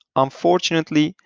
unfortunately,